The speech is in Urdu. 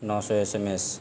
نو سو ایس ایم ایس